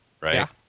right